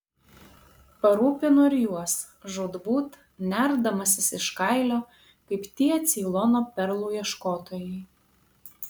parūpinu ir juos žūtbūt nerdamasis iš kailio kaip tie ceilono perlų ieškotojai